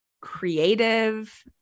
creative